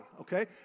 Okay